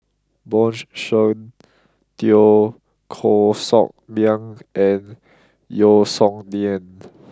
Bjorn Shen Teo Koh Sock Miang and Yeo Song Nian